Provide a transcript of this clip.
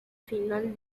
final